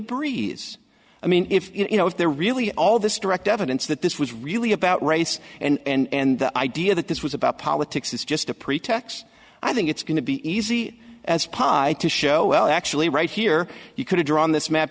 breeze i mean if you know if there really all this direct evidence that this was really about race and the idea that this was about politics is just a pretext i think it's going to be easy as pie to show well actually right here you could draw on this map